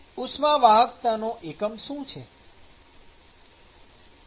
ઉષ્માવાહકતાના એકમો શું છે